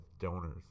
donors